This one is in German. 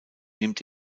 nimmt